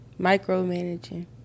micromanaging